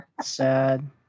sad